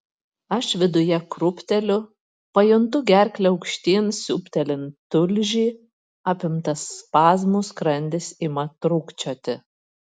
aš viduje krūpteliu pajuntu gerkle aukštyn siūbtelint tulžį apimtas spazmų skrandis ima trūkčioti